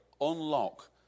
unlock